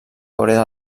corea